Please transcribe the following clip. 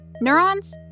Neurons